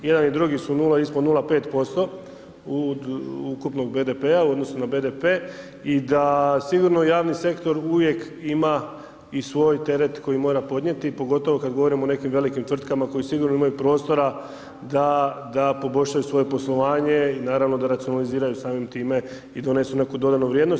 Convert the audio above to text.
Jedan i drugi su nula, ispod 0,5% ukupnog BDP-a, u odnosu na BDP, i da sigurni javni sektor uvijek ima i svoj teret koji mora podnijeti, pogotovo kad govorimo o nekim velikim tvrtkama koje sigurno imaju prostora da poboljšaju svoje poslovanje i naravno da racionaliziraju samim time i donesu neku dodanu vrijednost.